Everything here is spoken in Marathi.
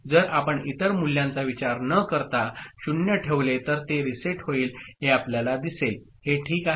जर आपण इतर मूल्यांचा विचार न करता 0 ठेवले तर ते रीसेट होईल हे आपल्याला दिसेल हे ठीक आहे